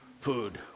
Food